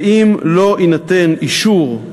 ואם לא יינתן אישור,